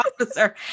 officer